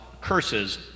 curses